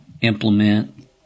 implement